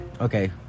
okay